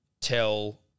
tell